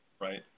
right